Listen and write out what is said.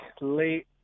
late